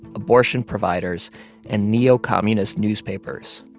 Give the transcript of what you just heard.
abortion providers and neo-communist newspapers.